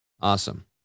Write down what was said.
Awesome